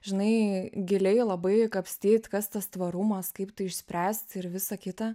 žinai giliai labai kapstyt kas tas tvarumas kaip tai išspręsti ir visa kita